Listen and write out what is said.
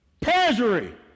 Perjury